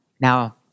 Now